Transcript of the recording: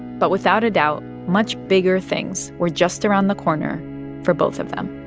but without a doubt, much bigger things were just around the corner for both of them